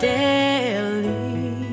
daily